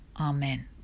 Amen